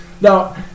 Now